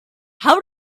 how